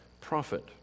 prophet